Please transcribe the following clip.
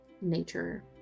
nature